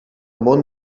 món